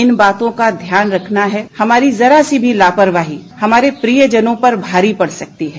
इन बातों ध्यान रखना है हमारी जरा सी भी लापरवाही हमारे प्रियजनों पर भारी पड़ सकती है